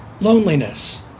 loneliness